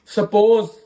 Suppose